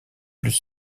plus